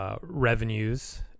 revenues